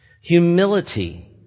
humility